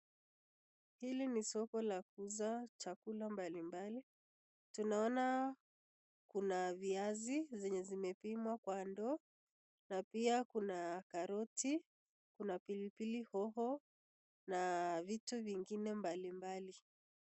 Hili ni soko la kuuza chakula mbalimbali tunaona Kuna viazi zenye zimepimwa Kwa ndoo na pia Kuna karoti Kuna pilipilihoho na vitu vingine mbalimbali